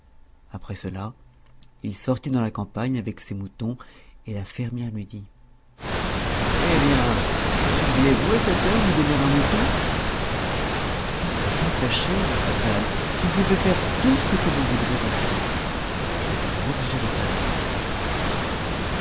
après cela il sortit dans la campagne avec ses moutons et la fermière lui dit hé bien voulez-vous à cette heure me donner un mouton j'en serais bien fâché dit fatal vous pouvez faire tout ce que vous voudrez contre moi mais vous ne m'obligerez pas à mentir